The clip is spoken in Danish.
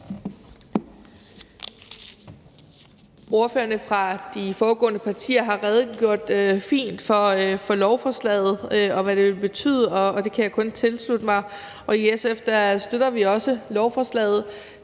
Ordførerne fra de foregående partier har redegjort fint for lovforslaget, og hvad det vil betyde. Det kan jeg kun tilslutte mig, og i SF støtter vi også lovforslaget.